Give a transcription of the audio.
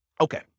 okay